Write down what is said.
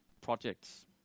projects